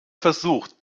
versucht